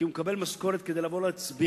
כי הוא מקבל משכורת כדי לבוא להצביע.